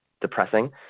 depressing